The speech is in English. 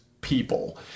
people